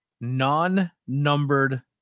non-numbered